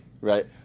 Right